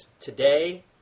Today